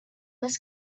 miss